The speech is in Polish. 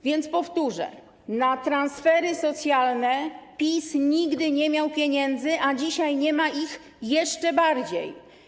A więc powtórzę: na transfery socjalne PiS nigdy nie miał pieniędzy, a dzisiaj nie ma ich jeszcze bardziej.